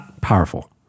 powerful